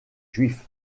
juifs